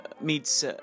meets